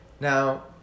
Now